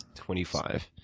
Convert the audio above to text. twenty five.